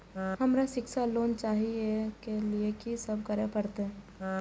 हमरा शिक्षा लोन चाही ऐ के लिए की सब करे परतै?